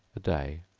a day,